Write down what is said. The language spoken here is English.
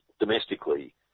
Domestically